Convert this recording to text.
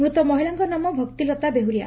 ମୃତ ମହିଳାଙ୍କ ନାମ ଭକ୍ତିଲତା ବେହୁରିଆ